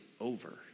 over